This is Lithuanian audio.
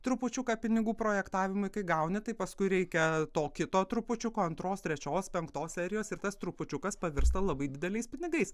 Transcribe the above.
trupučiuką pinigų projektavimui kai gauni tai paskui reikia tokį to trupučiuko antros trečios penktos serijos ir tas trupučiukas pavirsta labai dideliais pinigais